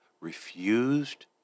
refused